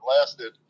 lasted